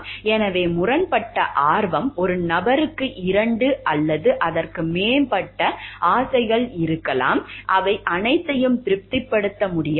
எனவே முரண்பட்ட ஆர்வம் ஒரு நபருக்கு இரண்டு அல்லது அதற்கு மேற்பட்ட ஆசைகள் உள்ளன அவை அனைத்தையும் திருப்திப்படுத்த முடியாது